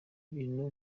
bintu